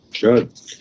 Good